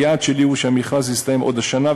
כי היעד שלי הוא שהמכרז יסתיים עוד השנה,